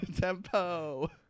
Tempo